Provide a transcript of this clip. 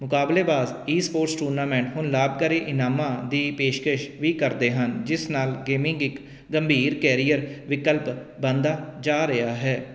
ਮੁਕਾਬਲੇਬਾਜ e sport tournament ਨੂੰ ਲਾਭਕਾਰੀ ਇਨਾਮਾਂ ਦੀ ਪੇਸ਼ਕਸ਼ ਵੀ ਕਰਦੇ ਹਨ ਜਿਸ ਨਾਲ ਗੇਮਿੰਗ ਇੱਕ ਗੰਭੀਰ ਕੈਰੀਅਰ ਵਿਕਲਪ ਬਣਦਾ ਜਾ ਰਿਹਾ ਹੈ